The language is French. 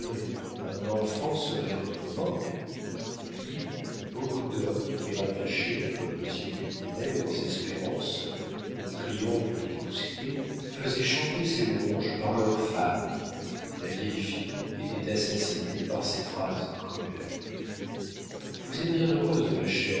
un enfant serait votre mort puis beaucoup d'hommes qui rattachaient comme monsieur du coudrai leurs espérances au triomphe de du bousquier faisaient chanter ses louanges par leurs femmes la vieille fille était assassinée par ces phrases cruelles vous êtes bienheureuse ma chère